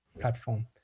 platform